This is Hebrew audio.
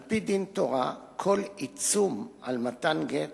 על-פי דין תורה, כל עיצום על מתן גט